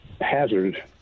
hazard